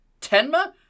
Tenma